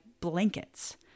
blankets